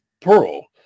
Pearl